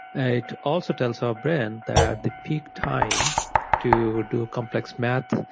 it also tells our brain that the peak time to do complex math,